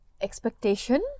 expectation